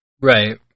Right